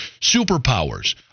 superpowers